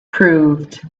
proved